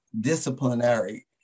disciplinary